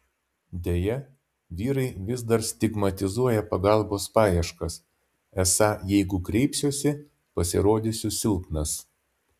deja vyrai vis dar stigmatizuoja pagalbos paieškas esą jeigu kreipsiuosi pasirodysiu silpnas